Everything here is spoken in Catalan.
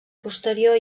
posterior